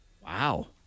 Wow